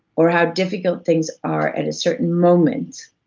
or how difficult things are at a certain moment,